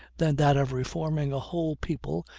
than that of reforming a whole people,